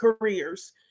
careers